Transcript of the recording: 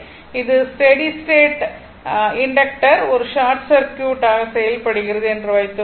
இது steady state ல் inductor ஒரு ஷார்ட் சர்க்யூட் ஆக செயல்படுகிறது என்று வைத்துக்கொள்வோம்